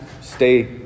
stay